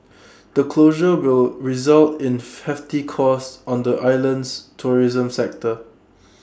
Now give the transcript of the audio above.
the closure will result in hefty costs on the island's tourism sector